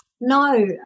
No